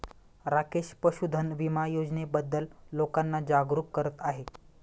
राकेश पशुधन विमा योजनेबद्दल लोकांना जागरूक करत आहे